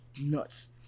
nuts